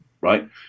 right